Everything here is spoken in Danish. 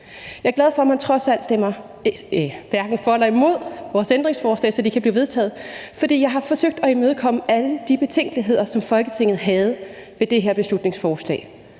Jeg er glad for, at man trods alt stemmer hverken for eller imod vores ændringsforslag, så de kan blive vedtaget, for jeg har forsøgt at imødekomme alle de betænkeligheder, som Folketinget havde ved det her beslutningsforslag.